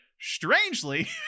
Strangely